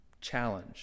challenge